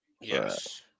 Yes